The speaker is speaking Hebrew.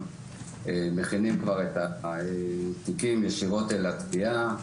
מכינים את התיקים ישירות אל התביעה.